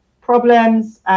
problems